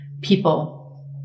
people